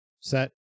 set